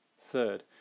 Third